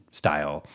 style